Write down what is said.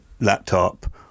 laptop